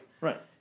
Right